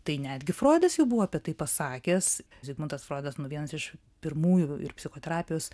tai netgi froidas jau buvo apie tai pasakęs zigmundas froidas nu vienas iš pirmųjų ir psichoterapijos